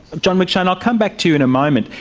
john mcshane, i'll came back to you in a moment,